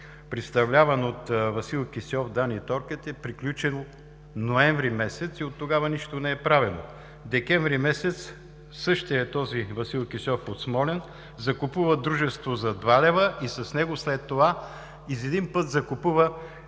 представляван от Васил Кисьов – „Дани – Торкрет“, е приключен през месец ноември и оттогава нищо не е правено. През декември месец същият този Васил Кисьов от Смолян закупува дружество за 2 лв. и с него след това изведнъж закупува